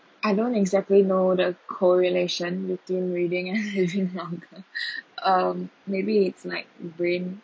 I don't exactly know the correlation between reading and living longer um maybe it's like being